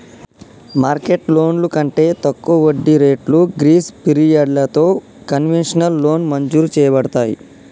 market లోన్లు కంటే తక్కువ వడ్డీ రేట్లు గ్రీస్ పిరియడలతో కన్వెషనల్ లోన్ మంజురు చేయబడతాయి